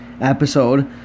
episode